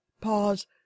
pause